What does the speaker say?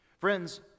Friends